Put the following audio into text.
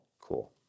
Cool